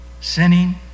sinning